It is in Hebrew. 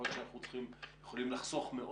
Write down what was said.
יכול להיות שאנחנו יכולים לחסוך מאוד